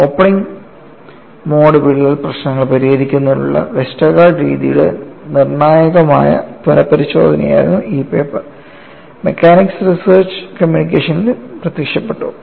opening mode വിള്ളൽ പ്രശ്നങ്ങൾ പരിഹരിക്കുന്നതിനുള്ള വെസ്റ്റർഗാർഡ് രീതിയുടെ നിർണ്ണായകമായ പുനപരിശോധനയായിരുന്ന ഈ പേപ്പർ മെക്കാനിക്സ് റിസർച്ച് കമ്മ്യൂണിക്കേഷനിൽ പ്രത്യക്ഷപ്പെട്ടു